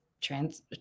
trans